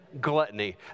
gluttony